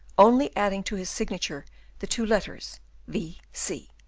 only adding to his signature the two letters v. c.